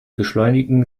beschleunigen